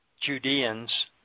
Judeans